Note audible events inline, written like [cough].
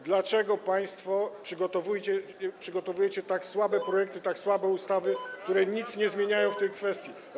Dlaczego państwo przygotowujecie tak słabe projekty, tak słabe ustawy, [noise] które nic nie zmieniają w tej kwestii?